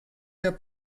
der